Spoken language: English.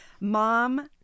Mom